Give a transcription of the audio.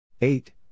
Eight